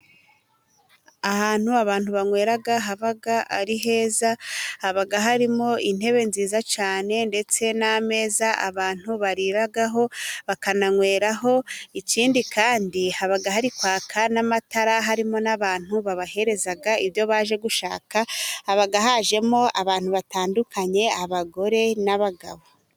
Ahantu abantu banywera haba ari heza, haba harimo intebe nziza cyane ndetse n'ameza abantu bariraraho bakananyweraho. Ikindi kandi haba hari kwaka n'amatara harimo n'abantu babahereza ibyo baje gushaka haba hajemo abantu batandukanye, abagore n'abagabo.